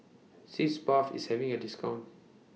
Sitz Bath IS having A discount